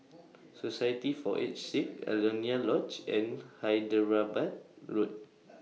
Society For Aged Sick Alaunia Lodge and Hyderabad Road